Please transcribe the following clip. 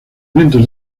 vientos